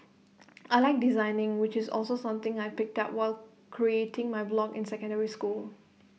I Like designing which is also something I picked up while creating my blog in secondary school